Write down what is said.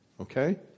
okay